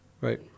Right